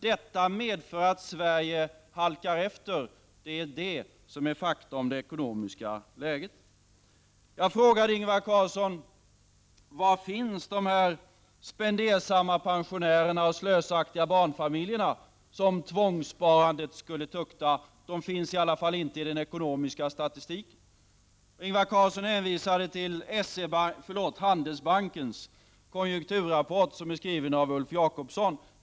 Detta medför att Sverige halkar efter — detta är fakta om det ekonomiska läget. de slösaktiga barnfamiljer som tvångssparandet skulle tukta? De finns i alla fall inte i den ekonomiska statistiken. Ingvar Carlsson hänvisade till Handelsbankens konjunkturrapport, skriven av Ulf Jakobsson.